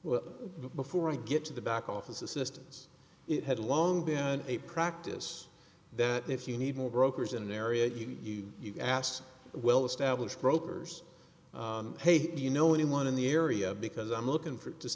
well before i get to the back office assistance it had long been a practice that if you need more brokers in an area you can ask well established brokers hey do you know anyone in the area because i'm looking for